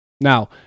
Now